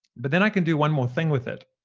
but then i can do one more thing with it.